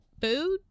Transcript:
food